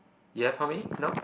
you have how many now